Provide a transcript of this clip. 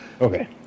okay